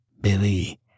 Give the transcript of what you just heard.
Billy